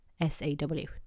S-A-W